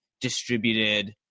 distributed